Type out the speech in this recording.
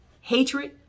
hatred